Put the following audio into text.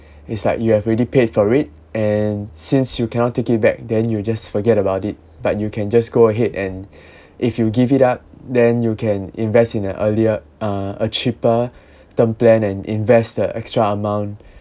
it's like you have already paid for it and since you cannot take it back then you just forget about it but you can just go ahead and if you give it up then you can invest in an earlier uh cheaper term plan and invest the extra amount